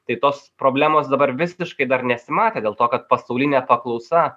tai tos problemos dabar visiškai dar nesimatė dėl to kad pasaulinė paklausa